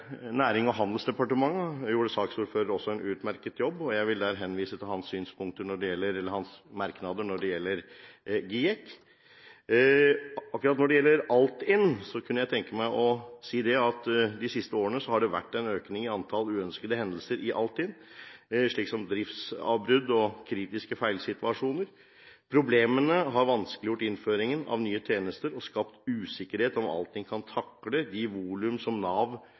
Nærings- og handelsdepartementet, gjorde saksordføreren en utmerket jobb, og jeg vil henvise til hans merknader når det gjelder GIEK. Når det gjelder Altinn, kunne jeg tenke meg å si at det de siste årene har vært en økning i uønskede hendelser, slik som driftsavbrudd og kritiske feilsituasjoner. Problemene har vanskeliggjort innføringen av nye tjenester og skapt usikkerhet om hvorvidt Altinn kan takle de volum som Nav